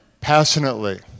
passionately